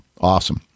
Awesome